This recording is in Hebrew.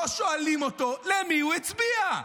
לא שואלים אותו למי הוא הצביע.